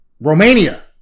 Romania